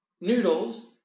noodles